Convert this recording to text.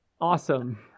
awesome